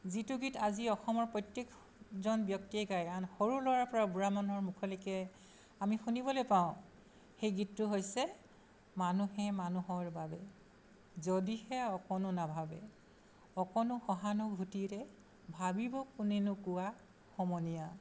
যিটো গীত আজি অসমৰ প্ৰত্যেকজন ব্যক্তিয়ে গাই আন সৰু ল'ৰাৰ পৰা বুঢ়া মানুহৰ মুখলৈকে আমি শুনিবলৈ পাওঁ সেই গীতটো হৈছে মানুহে মানুহৰ বাবে যদিহে অকণো নাভাবে অকণো সহানুভূতিৰে ভাবিব কোনেনো কোৱা সমনীয়া